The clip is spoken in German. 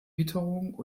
witterung